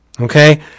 Okay